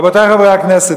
רבותי חברי הכנסת,